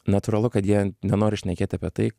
natūralu kad jie nenori šnekėt apie tai